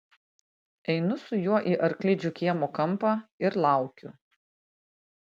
einu su juo į arklidžių kiemo kampą ir laukiu